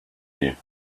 you